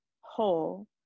whole